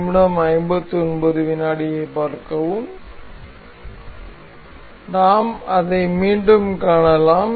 நாம் அதை மீண்டும் காணலாம்